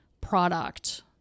product